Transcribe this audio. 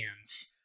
hands